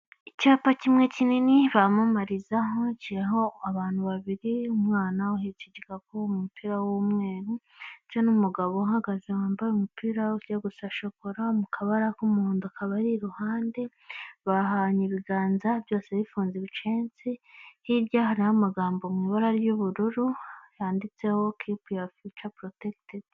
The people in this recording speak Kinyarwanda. Icyapa kimwe kinini bamamarizaho haciyeho abantu babiri umwana uhetse igikapu umupira w'umweru ndetse n'umugabo uhagaze wambaye umupira ugiye gusa shokora mu kabara k'umuhondo kabari iruhande, bahanye ibiganza byose bifunze ibicense hirya hariho amagambo mu ibara ry'ubururu yanditse kipu yuwa fiyuca porotekitedi.